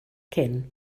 cyn